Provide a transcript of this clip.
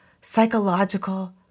psychological